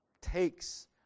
takes